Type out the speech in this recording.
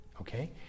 Okay